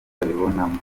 abibonamo